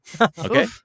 Okay